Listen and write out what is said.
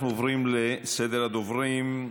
אנחנו עוברים לסדר הדוברים.